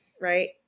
right